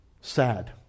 sad